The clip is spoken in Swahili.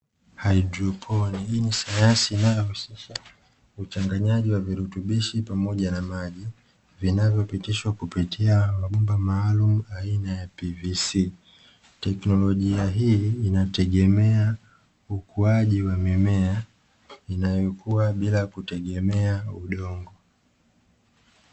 Haidroponi. Hii ni sayansi inayohusisha uchanganyaji wa virutubishi pamoja na maji, vinavyopitishwa kupitia mabomba maalumu aina ya "pvc". Teknolojia hii inategemea ukuaji wa mimea inayokua bila kutegemea udongo.